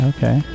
Okay